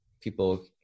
people